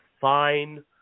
fine